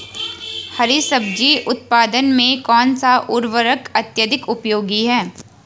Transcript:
हरी सब्जी उत्पादन में कौन सा उर्वरक अत्यधिक उपयोगी है?